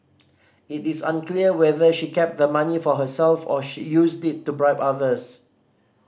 it is unclear whether she kept the money for herself or she used it to bribe others